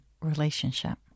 relationship